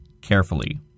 carefully